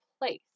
place